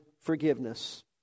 forgiveness